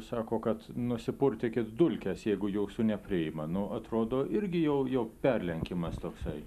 sako kad nusipurtykit dulkes jeigu jūsų nepriima nu atrodo irgi jau jau perlenkimas toksai